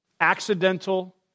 accidental